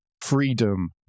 freedom